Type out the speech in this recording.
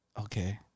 Okay